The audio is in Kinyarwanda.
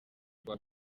rwa